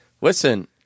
Listen